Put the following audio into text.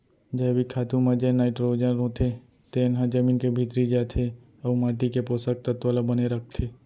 जैविक खातू म जेन नाइटरोजन होथे तेन ह जमीन के भीतरी जाथे अउ माटी के पोसक तत्व ल बने राखथे